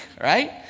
right